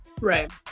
right